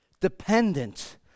dependent